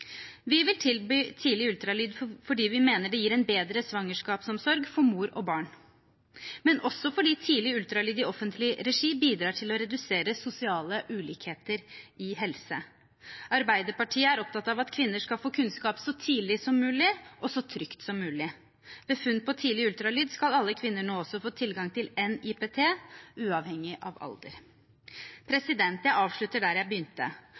Vi vil tilby tidlig ultralyd fordi vi mener det gir en bedre svangerskapsomsorg for mor og barn, men også fordi tidlig ultralyd i offentlig regi bidrar til å redusere sosiale ulikheter i helse. Arbeiderpartiet er opptatt av at kvinner skal få kunnskap så tidlig som mulig og så trygt som mulig. Ved funn på tidlig ultralyd skal alle kvinner nå også få tilgang til NIPT, uavhengig av alder. Jeg avslutter der jeg begynte,